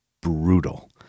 brutal